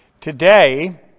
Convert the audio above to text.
Today